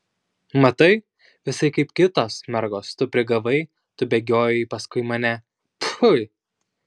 matai visai kaip kitos mergos tu prigavai tu bėgiojai paskui mane pfui